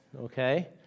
okay